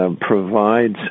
provides